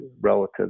relative